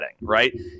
right